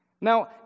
Now